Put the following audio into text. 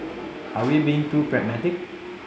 are we being too pragmatic